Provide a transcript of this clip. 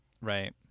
Right